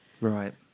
Right